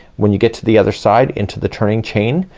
when you get to the other side into the turning chain,